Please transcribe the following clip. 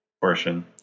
portion